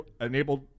enabled –